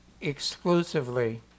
exclusively